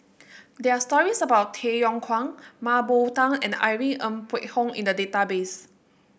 there are stories about Tay Yong Kwang Mah Bow Tan and Irene Ng Phek Hoong in the database